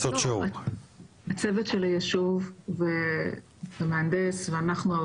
הצוות של היישוב והמהנדס ואנחנו,